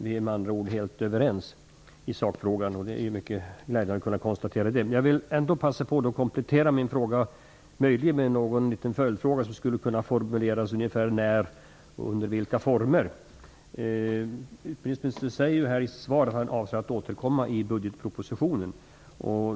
Vi är med andra ord helt överens i sakfrågan. Det är mycket glädjande att kunna konstatera det. Jag vill ändå passa på att komplettera min fråga. Möjligen skulle en följdfråga kunna formuleras ungefär så här: När skall det ske och under vilka former? Utbildningsministern säger i sitt svar att han avser att återkomma i budgetpropositionen.